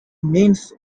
means